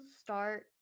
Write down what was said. start